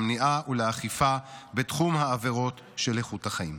למניעה ולאכיפה בתחום העבירות של איכות החיים,